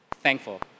Thankful